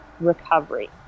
recovery